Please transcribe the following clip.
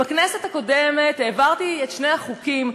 בכנסת הקודמת העברתי את שני החוקים,